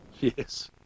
Yes